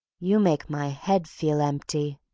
you make my head feel empty,